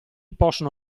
possono